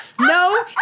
No